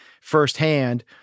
firsthand